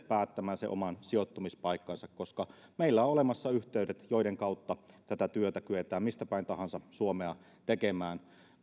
päättämään oman sijoittumispaikkansa koska meillä on olemassa yhteydet joiden kautta tätä työtä kyetään mistä päin suomea tahansa tekemään